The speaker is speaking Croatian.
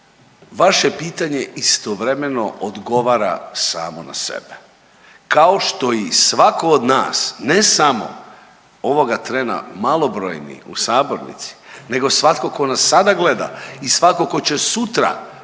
vaše pitanje istovremeno odgovara samo na sebe kao što i svatko od nas ne samo ovoga trena malobrojni u sabornici nego svatko tko nas sada gleda i svatko tko će sutra čitati